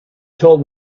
told